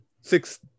six